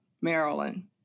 Maryland